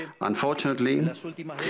Unfortunately